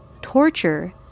torture